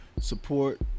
support